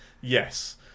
Yes